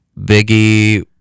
Biggie